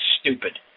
stupid